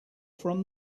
from